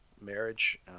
marriage